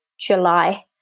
July